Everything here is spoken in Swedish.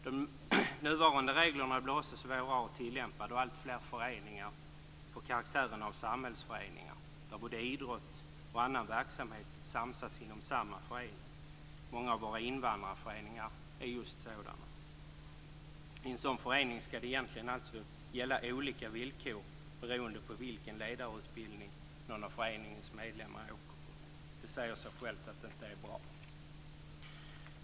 De nuvarande reglerna blir också svåra att tillämpa då alltfler föreningar får karaktären av samhällsföreningar där både idrott och annan verksamhet samsas inom samma förening. Många av våra invandrarföreningar är just sådana. I en sådan förening skall det egentligen gälla olika villkor beroende på vilken ledarutbildning någon av föreningens medlemmar åker på. Det säger sig självt att det inte är bra.